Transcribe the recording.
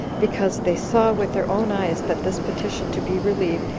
because they saw with their own eyes that this petition to be relieved,